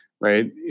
right